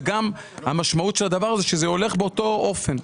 וגם המשמעות של הדבר הזה שזה הולך באותו אופן.